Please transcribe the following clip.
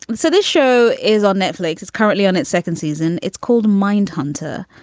but so this show is on netflix. it's currently on its second season. it's called mind hunter.